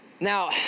Now